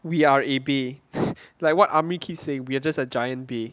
we are a bay like what army keep saying we are just a giant bay